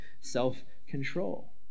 self-control